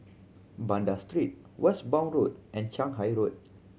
Banda Street Westbourne Road and Shanghai Road